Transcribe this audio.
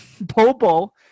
Bobo